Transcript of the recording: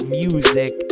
music